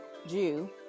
Jew